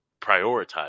prioritize